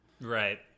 Right